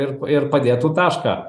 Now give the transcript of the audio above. ir ir padėtų tašką